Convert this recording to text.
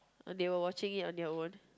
on they were watching it on their own